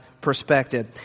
perspective